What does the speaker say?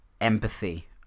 empathy